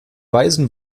weisen